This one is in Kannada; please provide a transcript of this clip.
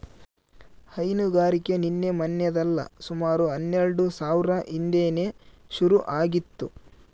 ಹೈನುಗಾರಿಕೆ ನಿನ್ನೆ ಮನ್ನೆದಲ್ಲ ಸುಮಾರು ಹನ್ನೆಲ್ಡು ಸಾವ್ರ ಹಿಂದೇನೆ ಶುರು ಆಗಿತ್ತು